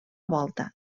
volta